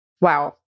Wow